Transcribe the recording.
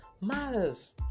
matters